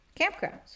campgrounds